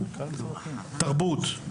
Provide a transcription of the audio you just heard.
תרבות,